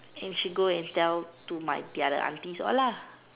and she go and tell to my the other aunties all lah